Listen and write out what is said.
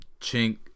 Chink